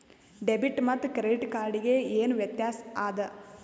Debit ಮತ್ತ credit card ಗೆ ಏನ ವ್ಯತ್ಯಾಸ ಆದ?